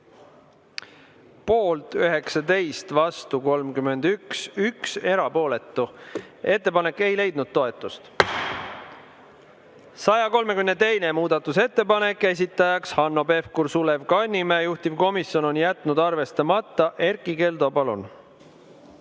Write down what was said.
Poolt 19, vastu 31, 1 erapooletu. Ettepanek ei leidnud toetust. 132. muudatusettepanek, esitajad Hanno Pevkur ja Sulev Kannimäe, juhtivkomisjon on jätnud arvestamata. Erkki Keldo, palun!